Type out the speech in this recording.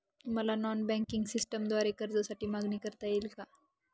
मला non banking सिस्टमद्वारे कर्जासाठी मागणी करता येईल का?